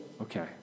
Okay